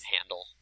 handle